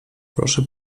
proszę